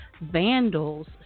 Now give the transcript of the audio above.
vandals